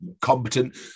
competent